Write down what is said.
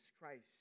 Christ